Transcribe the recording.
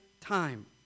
time